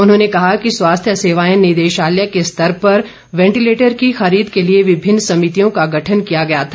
उन्होंने कहा कि स्वास्थ्य सेवाएं निदेशालय के स्तर पर वेंटिलेटर की खरीद के लिए विभिन्न समितियों का गठन किया गया था